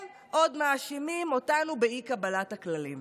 הם עוד מאשימים אותנו באי-קבלת הכללים.